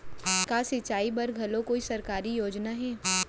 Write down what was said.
का सिंचाई बर घलो कोई सरकारी योजना हे?